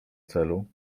celu